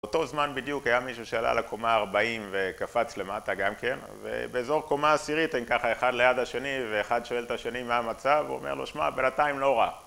אותו זמן בדיוק היה מישהו שעלה לקומה 40 וקפץ למטה גם כן, ובאזור קומה עשירית הם ככה אחד ליד השני, ואחד שואל את השני: מה המצב? ואומר לו, שמע, בינתיים לא רע